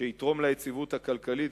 שיתרום ליציבות הכלכלית,